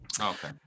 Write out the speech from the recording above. Okay